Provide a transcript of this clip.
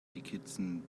dickinson